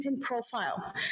profile